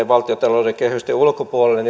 valtiontalouden kehysten ulkopuolelle